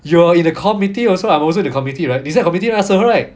you were in the committee also I'm also the committee right 你在 committee 那时候 right